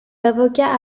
avocats